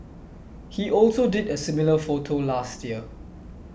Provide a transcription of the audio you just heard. he also did a similar photo last year